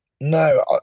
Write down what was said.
No